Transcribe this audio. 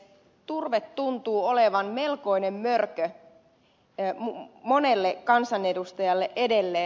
turve tuntuu olevan melkoinen mörkö monelle kansanedustajalle edelleen